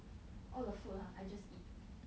all the food lah I just eat